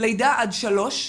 לידה עד שלוש,